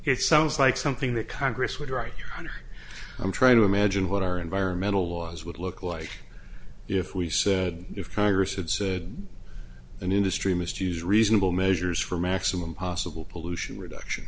it sounds like something that congress would write under i'm trying to imagine what our environmental laws would look like if we said if congress had said an industry misuse reasonable measures for maximum possible pollution reduction